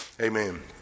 Amen